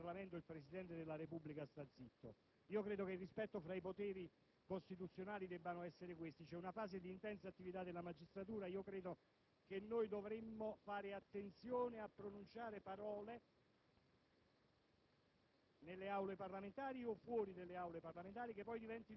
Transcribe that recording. Ricordo che il presidente emerito Ciampi diceva sempre che quando parla il Parlamento il Presidente della Repubblica sta zitto. Credo che il rispetto tra i poteri costituzionali debba essere questo. C'è una fase di intensa attività della magistratura e credo che dovremmo fare attenzione a pronunciare parole,